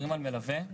מלווה,